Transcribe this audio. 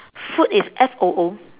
food is F O O